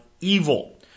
evil